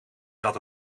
zat